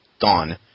gone